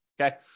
Okay